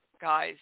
guys